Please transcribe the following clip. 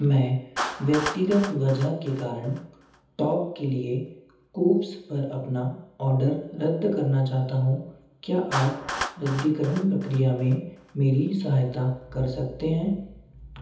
मैं व्यक्तिगत वजह के कारण टॉप के लिए कूव्स पर अपना ऑर्डर रद्द करना चाहता हूँ क्या आप रद्दीकरण प्रक्रिया में मेरी सहायता कर सकते हैं